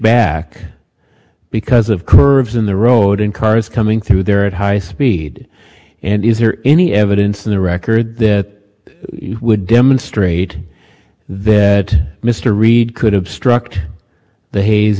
back because of curves in the road in cars coming through there at high speed and is there any evidence in the record that would demonstrate that mr reid could have struck the haze